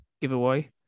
giveaway